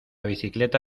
bicicleta